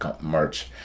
merch